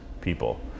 people